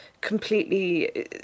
Completely